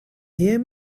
hear